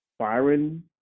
Byron